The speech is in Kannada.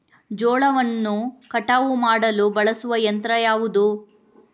ಜೋಳವನ್ನು ಕಟಾವು ಮಾಡಲು ಬಳಸುವ ಯಂತ್ರ ಯಾವುದು?